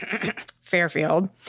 Fairfield